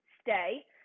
stay